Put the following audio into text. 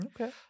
okay